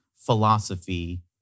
philosophy